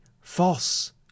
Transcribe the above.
false